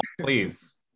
please